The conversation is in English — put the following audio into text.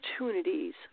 opportunities